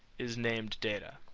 is named data.